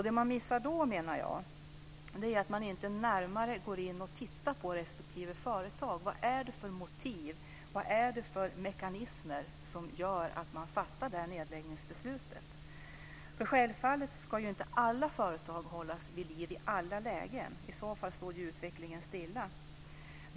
Det man då missar är att man inte närmare går in och tittar på respektive företag. Vad är det för motiv och mekanismer som gör att man fattar ett nedläggningsbeslut? Självfallet ska inte alla företag hållas vid liv i alla lägen. I så fall stod utvecklingen stilla.